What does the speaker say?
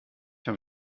habe